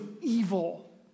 evil